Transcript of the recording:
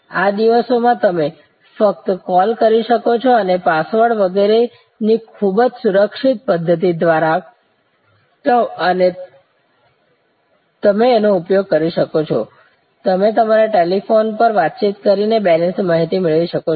આ દિવસોમાં તમે ફક્ત કૉલ કરી શકો છો અને પાસવર્ડ વગેરેની ખૂબ જ સુરક્ષિત પ્ધાતી દ્વારા અને તમે એનો ઉપયોગ કરી શકો છો તમે તમારા ટેલિફોન પર વાતચીત કરીને બેલેન્સની માહિતી મેળવી શકો છો